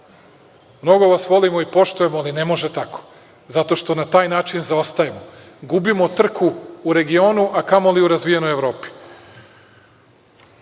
tako. Mnogo vas volimo i poštujemo, ali ne možete tako. Zato što na taj način zaostajemo, gubimo trku u regionu, a kamoli u razvijenoj Evropi.